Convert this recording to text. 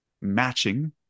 matching